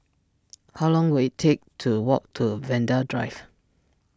how long will it take to walk to Vanda Drive